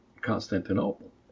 Constantinople